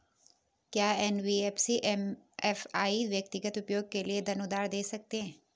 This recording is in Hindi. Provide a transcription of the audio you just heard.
क्या एन.बी.एफ.सी एम.एफ.आई व्यक्तिगत उपयोग के लिए धन उधार दें सकते हैं?